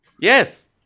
Yes